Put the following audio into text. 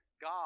God